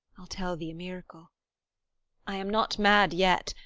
i ll tell thee a miracle i am not mad yet,